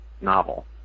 novel